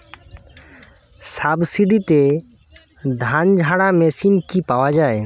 সাবসিডিতে ধানঝাড়া মেশিন কি পাওয়া য়ায়?